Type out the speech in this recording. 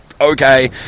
okay